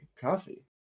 coffee